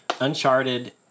Uncharted